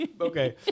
okay